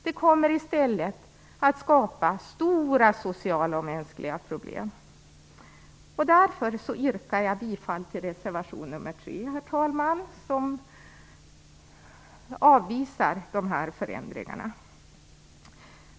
Det kommer i stället att skapa stora sociala och mänskliga problem. Därför yrkar jag bifall till reservation nr 3, herr talman, som avvisar dessa förändringar.